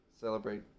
celebrate